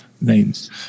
names